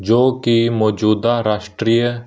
ਜੋ ਕਿ ਮੌਜੂਦਾ ਰਾਸ਼ਟਰੀ